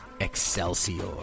Excelsior